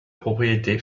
propriété